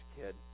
kid